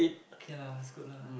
okay lah that's good lah